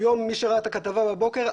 היום מי שראה את הכתבה היום בבוקר,